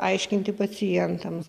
aiškinti pacientams